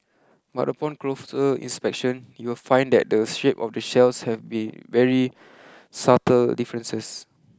but upon closer inspection you will find that the shape of the shells have be very subtle differences